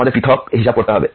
আমাদের পৃথক হিসাব করতে হবে